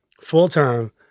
full-time